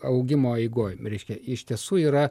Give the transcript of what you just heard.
augimo eigoj reiškia iš tiesų yra